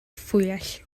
fwyell